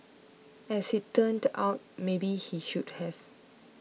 as it turned out maybe he should have